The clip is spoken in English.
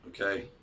okay